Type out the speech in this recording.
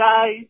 guys